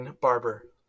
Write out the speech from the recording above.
Barber